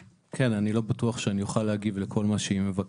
לא בטוח שאוכל להגיב על כל השאלות.